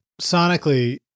sonically